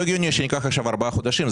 לא הגיוני שניקח עכשיו ארבעה חודשים.